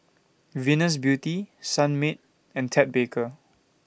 Venus Beauty Sunmaid and Ted Baker